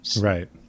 Right